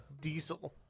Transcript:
Diesel